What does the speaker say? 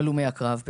הלומי הקרב,